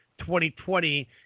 2020